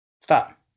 Stop